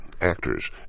Actors